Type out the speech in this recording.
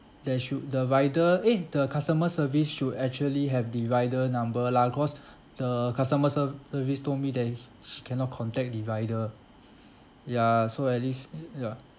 there should the rider eh the customer service should actually have the rider number lah cause the customer ser~ service told me he he cannot contact the rider ya so at least ya